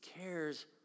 cares